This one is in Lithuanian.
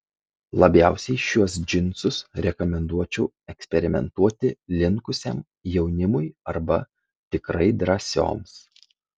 labiausiai šiuos džinsus rekomenduočiau eksperimentuoti linkusiam jaunimui arba tikrai drąsioms